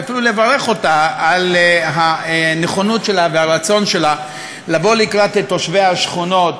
ואפילו לברך אותה על הנכונות והרצון שלה לבוא לקראת תושבי השכונות,